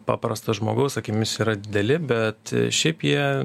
paprasto žmogaus akimis yra dideli bet šiaip jie